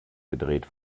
gedreht